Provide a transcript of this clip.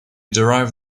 derive